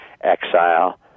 Exile